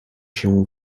się